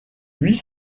huit